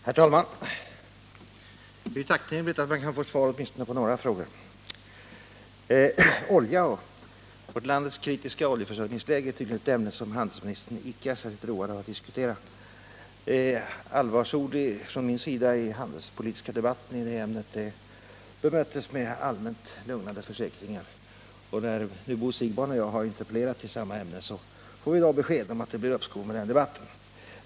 Herr talman! Det är ju tacknämligt att man kan få svar åtminstone på några frågor. Vårt lands kritiska oljeförsörjningsläge är tydligen ett ämne som handelsministern icke är särskilt road av att diskutera. Allvarsord från min sida i den handelspolitiska debatten i det ämnet bemöttes med allmänt lugnande försäkringar. Och när nu Bo Siegbahn och jag har interpellerat i samma ämne får vi besked om att det blir uppskov med den debatten.